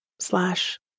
Slash